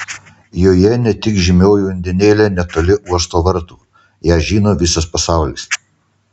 joje ne tik žymioji undinėlė netoli uosto vartų ją žino visas pasaulis